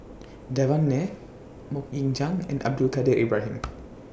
Devan Nair Mok Ying Jang and Abdul Kadir Ibrahim